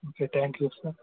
okay thank you sir